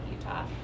Utah